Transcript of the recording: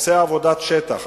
עושה עבודת שטח,